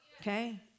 Okay